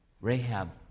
Rahab